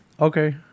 Okay